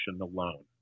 alone